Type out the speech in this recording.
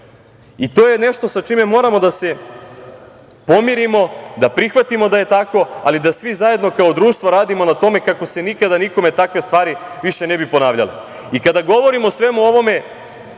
I to je nešto sa čime moramo da se pomirimo, da prihvatimo da je tako, ali da svi zajedno kao društvo radimo na tome kako se nikada nikome takve stvari više ne bi ponavljale. Kada govorimo o svemu ovome,